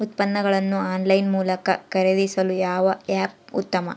ಉತ್ಪನ್ನಗಳನ್ನು ಆನ್ಲೈನ್ ಮೂಲಕ ಖರೇದಿಸಲು ಯಾವ ಆ್ಯಪ್ ಉತ್ತಮ?